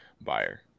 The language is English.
buyer